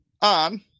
on